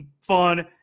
fun